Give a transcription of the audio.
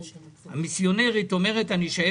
הפצת משנתה המסיונרית של הנתבעת,